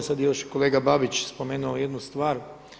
Sad je još i kolega Babić spomenuo jednu stvar.